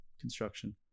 construction